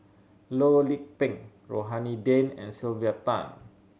Loh Lik Peng Rohani Din and Sylvia Tan